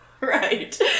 Right